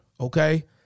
Okay